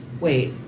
Wait